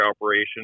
operation